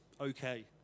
Okay